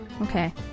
Okay